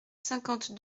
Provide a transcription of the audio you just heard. cinquante